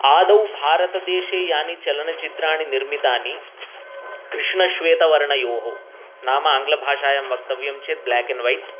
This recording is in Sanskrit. आदौ भारतदेशे यानि चलनचित्राणि निर्मितानि कृष्णश्वेतवर्णयोः नाम आङ्ग्लभाषायां वक्तव्यं चेत् ब्लाक् अण्ड् वैट्